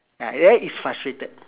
ya that is frustrated